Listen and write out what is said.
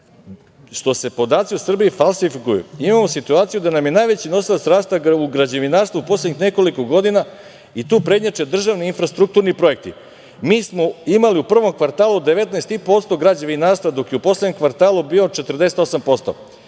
što se podaci u Srbiji falsifikuju. Imamo situaciju da nam je najveći nosilac rasta u građevinarstvu u poslednjih nekoliko godina i tu prednjače državni infrastrukturni projekti. Mi smo imali u prvom kvartalu 19,5% građevinarstva dok je u poslednjem kvartalu bio 48%